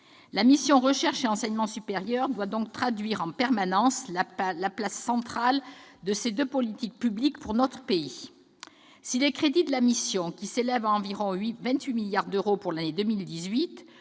La mission « Recherche et enseignement supérieur » doit donc traduire en permanence la place centrale de ces deux politiques publiques pour notre pays. Les crédits de la mission, qui s'élèvent environ à 28 milliards d'euros pour l'année 2018-s'y